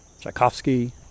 Tchaikovsky